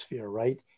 right